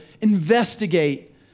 investigate